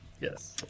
Yes